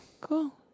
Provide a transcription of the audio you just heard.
Cool